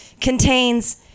contains